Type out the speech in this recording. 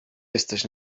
jesteś